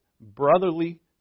brotherly